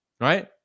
right